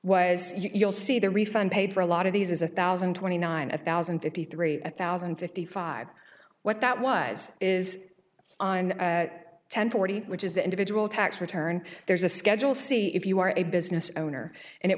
was you'll see the refund paid for a lot of these as a thousand and twenty nine thousand and fifty three thousand and fifty five what that was is on ten forty which is the individual tax return there's a schedule c if you are a business owner and it